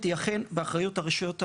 היא אכן באחריות הרשויות המקומיות,